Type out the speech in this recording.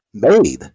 Made